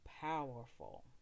Powerful